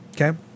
okay